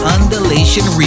Undulation